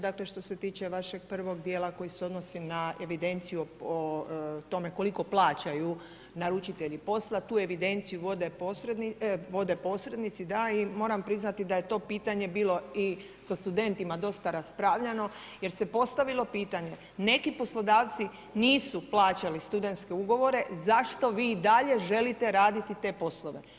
Dakle što se tiče vašeg prvog djela koji se odnosi na evidenciju o tome koliko plaćaju naručitelji posla, tu evidenciju vode posrednici, da, i moramo priznati da je to pitanje bilo i sa studentima dosta raspravljano jer se postavilo pitanje, neki poslodavci nisu plaćali studentske ugovore, zašto vi i dalje želite raditi te poslove?